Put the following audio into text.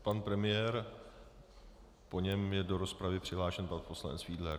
Pan premiér, po něm je do rozpravy přihlášen pan poslanec Fiedler.